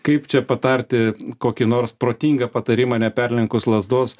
kaip čia patarti kokį nors protingą patarimą neperlenkus lazdos